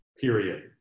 period